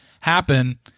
happen